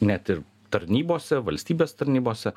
net ir tarnybose valstybės tarnybose